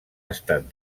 estat